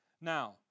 Now